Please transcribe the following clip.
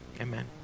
amen